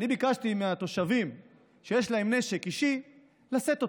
ביקשתי מהתושבים שיש להם נשק אישי לשאת אותו.